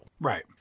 Right